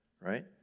right